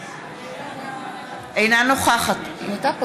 אינה נוכחת עאידה תומא